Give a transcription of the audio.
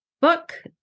book